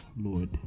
Lord